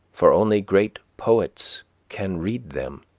for only great poets can read them.